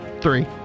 three